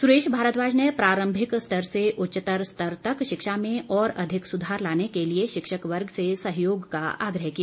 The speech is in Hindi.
सुरेश भारद्वाज ने प्रारंभिक स्तर से उच्चतर स्तर तक शिक्षा में और अधिक सुधार लाने के लिए शिक्षक वर्ग से सहयोग का आग्रह किया